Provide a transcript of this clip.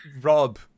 Rob